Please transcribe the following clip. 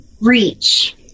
reach